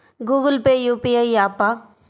Google Pay UPI య్యాపా?